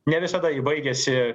ne visada ji baigiasi